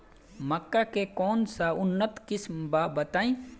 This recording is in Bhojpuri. मक्का के कौन सा उन्नत किस्म बा बताई?